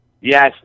Yes